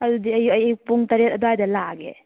ꯑꯗꯨꯗꯤ ꯑꯩ ꯑꯌꯨꯛ ꯄꯨꯡ ꯇꯔꯦꯠ ꯑꯗꯨꯋꯥꯏꯗ ꯂꯥꯛꯑꯒꯦ